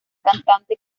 cantante